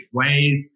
ways